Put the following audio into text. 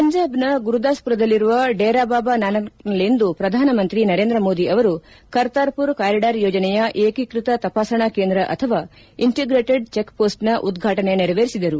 ಪಂಜಾಬ್ನ ಗುರುದಾಸ್ಪುರದಲ್ಲಿರುವ ಡೆರಾಬಾಬಾ ನಾನಕ್ನಲ್ಲಿಂದು ಪ್ರಧಾನಮಂತ್ರಿ ನರೇಂದ್ರ ಮೋದಿ ಅವರು ಕರ್ತಾರ್ಪುರ್ ಕಾರಿಡಾರ್ ಯೋಜನೆಯ ಏಕೀಕೃತ ತಪಾಸಣಾ ಕೇಂದ್ರ ಅಥವಾ ಇಂಟೆಗ್ರೇಟೆಡ್ ಚೆಕ್ ಪೋಸ್ಸ್ನ ಉದ್ವಾಟನೆ ನೆರವೇರಿಸಿದರು